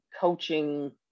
coaching